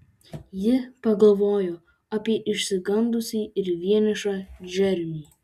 ji pagalvojo apie išsigandusį ir vienišą džeremį